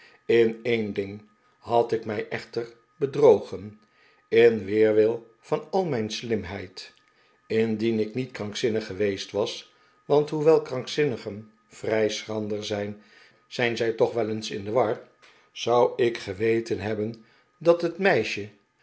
in een ding had ik mij echter bedrogen in weerwil van al mijn slimheid indien ik niet krankzinnig geweest was want hoewel krankzinnigen vrij schrander zijn zijn zij toch wel eens in de war zou ik geweten hebben dat het meisje